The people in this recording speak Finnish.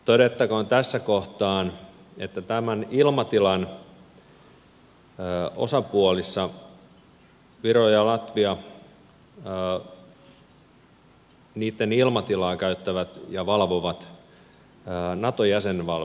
todettakoon tässä kohtaa että tämän ilmatilan osapuolista viron ja latvian ilmatilaa käyttävät ja valvovat naton jäsenvaltiot